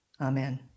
Amen